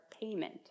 payment